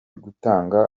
gutanga